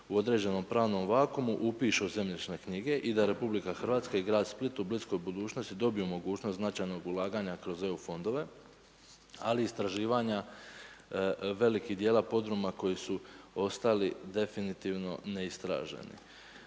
u određenom pravnom vakuumu upiše u zemljišne knjige i da RH i grad Split u bliskoj budućnosti dobiju mogućnost značajnog ulaganja kroz EU fondove, ali istraživanja velikih djela podruma koji su ostali definitivno neistraženi.